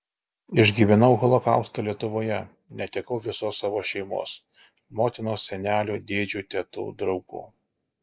išgyvenau holokaustą lietuvoje netekau visos savo šeimos motinos senelių dėdžių tetų draugų